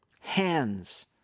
Hands